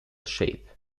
shape